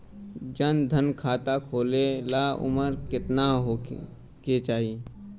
जन धन खाता खोले ला उमर केतना होए के चाही?